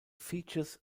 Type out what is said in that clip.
features